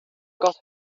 got